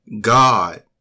God